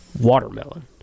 Watermelon